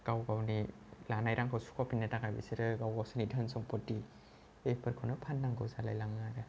गाव गावनि लानाय रांखौ सुख' फिन्नो थाखाय बिसोरो गाव गावसिनि धोन सम्प'थि बेफोरखौनो फान्नांगौ जालाय लाङो आरो